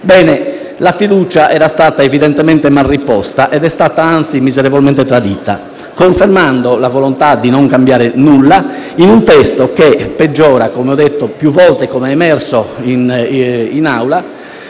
Bene, la fiducia era stata evidentemente mal riposta ed è stata, anzi, miserevolmente tradita, confermando la volontà di non cambiare nulla in un testo che peggiora - come ho detto più volte, e come è emerso in Aula